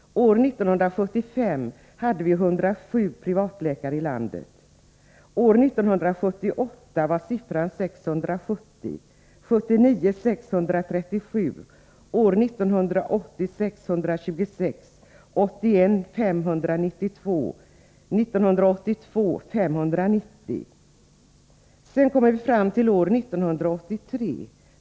År 1975 fanns det 807 privatläkare i det här landet. År 1978 var de 670 till antalet, år 1979 var de 637, år 1980 var de 626, år 1981 var de 592 och år 1982 var de 590 stycken. Sedan kommer vi fram till år 1983.